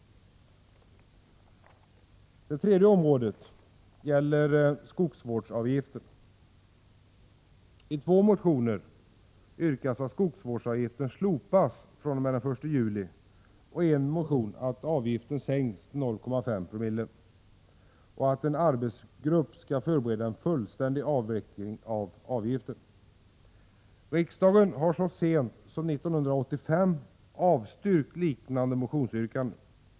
Det tredje området gäller skogsvårdsavgiften. I två motioner yrkas att skogsvårdsavgiften slopas fr.o.m. den 1 juli, och i en motion yrkas att avgiften sänks med 0,5 26 samt att en arbetsgrupp skall förbereda en fullständig avveckling av avgiften. Riksdagen har så sent som 1985 avstyrkt liknande motionsyrkanden.